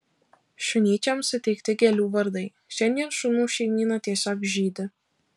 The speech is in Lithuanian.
šunyčiams suteikti gėlių vardai šiandien šunų šeimyna tiesiog žydi